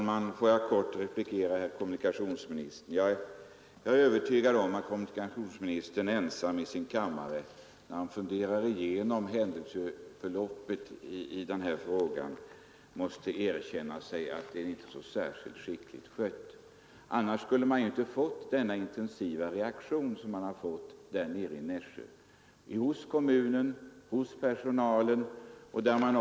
Herr talman! Jag är övertygad om att kommunikationsministern, när han ensam i sin kammare funderar igenom händelseförloppet i denna fråga, måste erkänna att den inte är särskilt skickligt skött. Om den hade varit det skulle reaktionen hos Nässjö kommun och hos personalen i Nässjö inte ha blivit så stark.